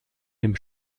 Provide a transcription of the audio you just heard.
dem